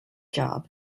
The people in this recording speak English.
job